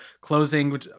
closing